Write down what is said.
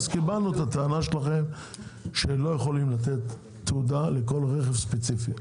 קיבלנו את הטענה שלכם שאתם לא יכולים לתת תעודה לכל רכב ספציפי,